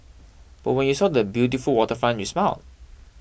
but when you saw the beautiful waterfront you smiled